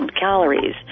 calories